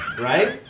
Right